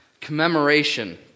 Commemoration